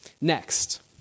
Next